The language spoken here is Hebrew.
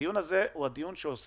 הדיון הזה הוא דיון שעוסק